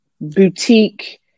Boutique